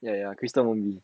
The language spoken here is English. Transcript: ya ya crystal only